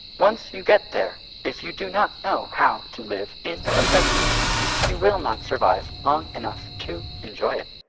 once you get there, if you do not know how to live in the present you will not survive long enough to enjoy it.